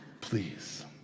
please